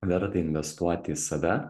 verta investuoti į save